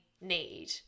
need